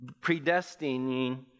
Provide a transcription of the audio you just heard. predestining